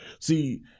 See